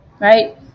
right